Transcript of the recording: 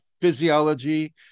physiology